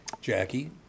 Jackie